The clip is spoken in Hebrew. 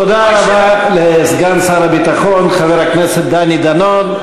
תודה רבה לסגן שר הביטחון חבר הכנסת דני דנון.